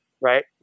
right